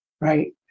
right